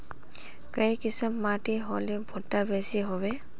काई किसम माटी होले भुट्टा बेसी होबे?